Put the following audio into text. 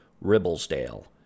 Ribblesdale